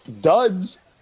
duds